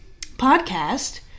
podcast